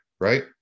right